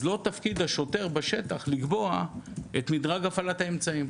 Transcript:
לא תפקיד השוטר בשטח לקבוע את מדרג הפעלת האמצעים.